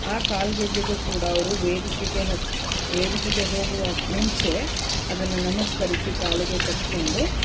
ಆ ಕಾಲ್ಗೆಜ್ಜೆಗೂ ಕೂಡ ಅವರು ವೇದಿಕೆಗೆ ಹಚ್ಚಿ ವೇದಿಕೆಗೆ ಹೋಗುವ ಮುಂಚೆ ಅದನ್ನು ನಮಸ್ಕರಿಸಿ ಕಾಲಿಗೆ ಕಟ್ಟಿಕೊಂಡು